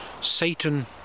Satan